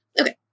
Okay